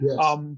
Yes